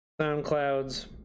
SoundClouds